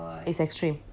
it's extreme